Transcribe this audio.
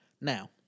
Now